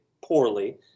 poorly